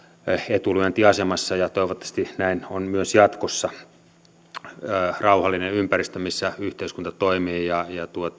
etulyöntiasemassa ja toivottavasti näin on myös jatkossa rauhallinen ympäristö missä yhteiskunta toimii ja